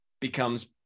becomes –